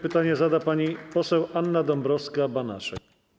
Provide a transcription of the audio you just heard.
Pytanie zada pani poseł Anna Dąbrowska-Banaszek.